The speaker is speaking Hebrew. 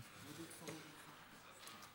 אדוני היושב-ראש,